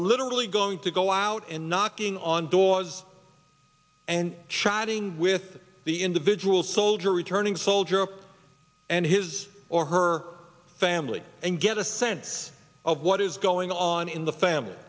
literally going to go out and knocking on doors and chatting with the individual soldier returning soldier and his or her family and get a sense of what is going on in the family